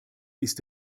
ist